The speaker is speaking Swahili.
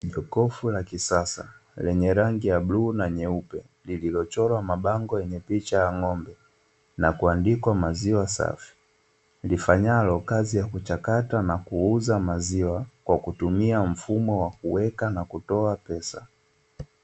Jokofu la kisasa lenye rangi ya bluu na nyeupe, lililochorwa mabango yenye picha ya ngombe na kuandikwa maziwa safi, lifanyalo kazi ya kuchakata na kuuza maziwa kwa kutumia mfumo wa kuweka na kutoa pesa.